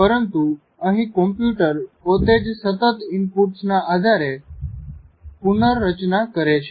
પરંતુ અહીં કોમ્પ્યુટર પોતેજ સતત ઇનપુટ્સના આધારે પુનૅરચના કરે છે